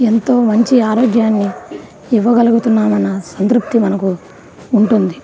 ఎంతో మంచి ఆరోగ్యాన్ని ఇవ్వగలుగుతున్నామన్న సంతృప్తి ఉంటుంది